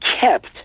kept